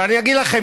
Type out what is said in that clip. אבל אני אגיד לכם,